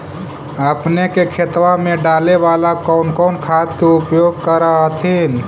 अपने के खेतबा मे डाले बाला कौन कौन खाद के उपयोग कर हखिन?